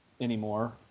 anymore